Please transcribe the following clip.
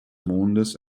mondes